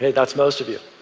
that's most of you.